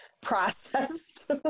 processed